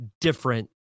different